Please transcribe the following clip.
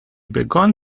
began